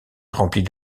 remplie